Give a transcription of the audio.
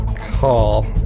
call